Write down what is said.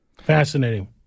Fascinating